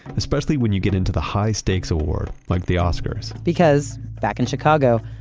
especially when you get into the high-stakes award, like the oscars because, back in chicago,